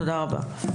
תודה רבה.